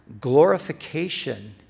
glorification